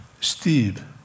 Steve